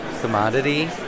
commodity